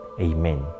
Amen